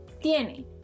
tiene